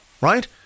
right